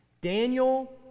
Daniel